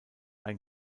ein